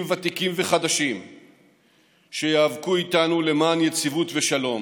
ותיקים וחדשים שייאבקו איתנו למען יציבות ושלום.